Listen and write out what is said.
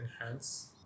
enhance